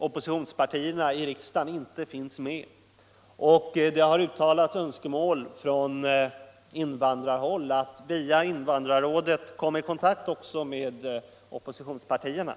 Oppositionspartierna i riksdagen är inte företrädda i rådet. Från invandrarhåll har man uttalat önskemålet att via invandrarrådet kunna komma i kontakt också med oppositionspartierna.